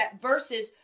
versus